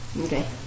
Okay